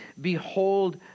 behold